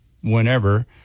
whenever